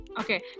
Okay